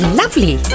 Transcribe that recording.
lovely